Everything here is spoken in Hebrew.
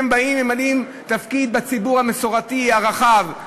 הם באים וממלאים תפקיד בציבור המסורתי הרחב.